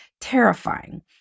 terrifying